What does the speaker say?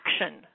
action